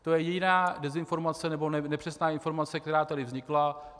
To je jediná dezinformace, nebo nepřesná informace, která tady vznikla.